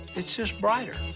it's just brighter.